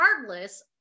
regardless